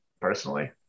personally